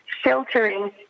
sheltering